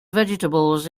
vegetables